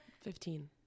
Fifteen